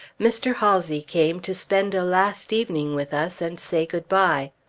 mr. halsey came to spend a last evening with us, and say good-bye.